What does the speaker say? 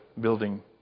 building